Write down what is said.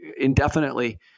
indefinitely